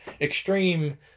extreme